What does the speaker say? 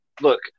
look